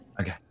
Okay